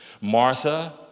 Martha